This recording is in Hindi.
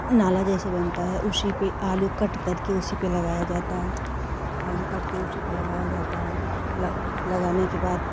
नाला जैसे बनता है उसी को आलू कट करके उसी पर लगाया जाता है आलू कट कर उसी पर लगाया जाता है ल लगाने के बाद